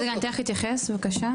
רגע, אני אתן לך להתייחס, בבקשה.